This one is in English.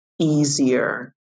easier